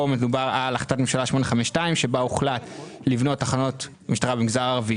פה מדובר על החלטת ממשלה 852 שבה הוחלט לבנות תחנות משטרה במגזר הערבי.